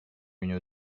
une